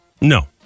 No